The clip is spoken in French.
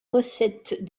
recettes